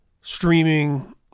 streaming